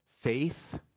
faith